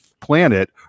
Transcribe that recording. planet